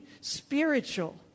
spiritual